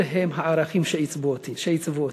אלה הם הערכים שעיצבו אותי.